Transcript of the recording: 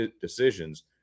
decisions